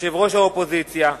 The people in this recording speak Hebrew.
יושבת-ראש האופוזיציה,